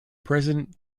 president